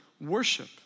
worship